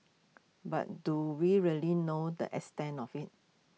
but do we really know the extent of IT